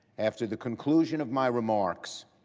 after the conclusion of my remarks,